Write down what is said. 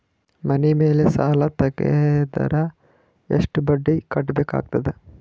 ಮನಿ ಮೇಲ್ ಸಾಲ ತೆಗೆದರ ಎಷ್ಟ ಬಡ್ಡಿ ಕಟ್ಟಬೇಕಾಗತದ?